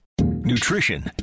Nutrition